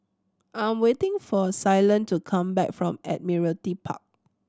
I'm waiting for Ceylon to come back from Admiralty Park